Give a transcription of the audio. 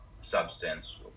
substance